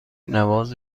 نواز